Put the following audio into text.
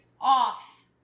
off